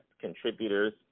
contributors